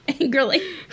angrily